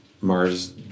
Mars